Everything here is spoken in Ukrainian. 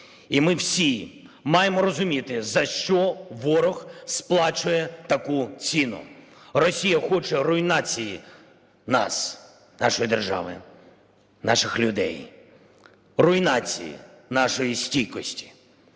І ми всі маємо розуміти, за що ворог сплачує таку ціну. Росія хоче руйнації нас, нашої держави, наших людей, руйнації нашої стійкості.